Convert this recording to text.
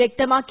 വ്യക്തമാക്കി